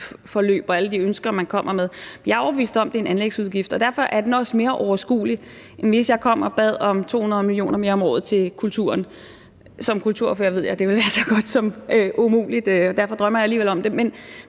og alle de ønsker, man kommer med. Jeg er overbevist om, at det er en anlægsudgift, og derfor er den også mere overskuelig, end hvis jeg kom og bad om 200 mio. kr. mere om året til kulturen. Som kulturordfører ved jeg, at det ville være så godt som umuligt, men derfor drømmer jeg alligevel om det.